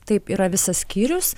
taip yra visas skyrius